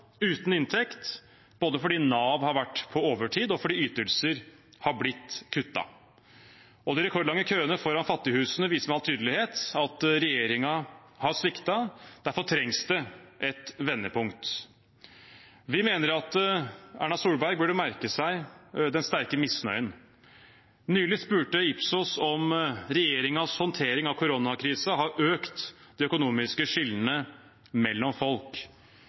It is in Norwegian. uten inntekt, både fordi Nav har vært på overtid, og fordi ytelser har blitt kuttet. De rekordlange køene foran Fattighuset viser med all tydelighet at regjeringen har sviktet. Derfor trengs det et vendepunkt. Vi mener at Erna Solberg burde merke seg den sterke misnøyen. Nylig spurte Ipsos om hvorvidt regjeringens håndtering av koronakrisen har økt de økonomiske skillene mellom folk.